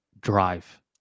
drive